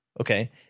Okay